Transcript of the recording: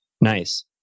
Nice